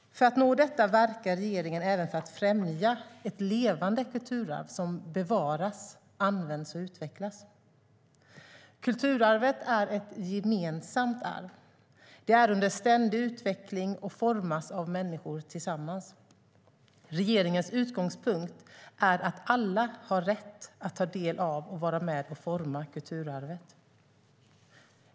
För att nå detta mål verkar regeringen även för att främja ett levande kulturarv som bevaras, används och utvecklas. Kulturarvet är ett gemensamt arv, det är under ständig utveckling och formas av människor tillsammans. Regeringens utgångspunkt är att alla har rätt att ta del av och vara med och forma kulturarvet.